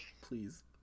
please